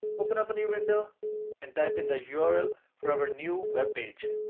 open up a new window and type in the yeah url for our new webpage.